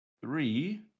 three